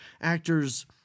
actors